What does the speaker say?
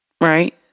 Right